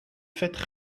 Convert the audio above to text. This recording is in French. faites